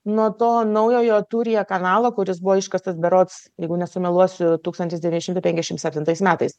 nuo to naujojo turije kanalo kuris buvo iškastas berodsjeigu nesumeluosiu tūkstantis devyni šimtai penkiasdešim septintais metais